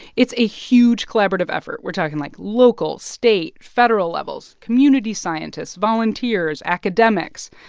it's a huge collaborative effort. we're talking like local, state, federal levels, community scientists, volunteers, academics.